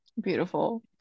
Beautiful